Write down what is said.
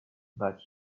that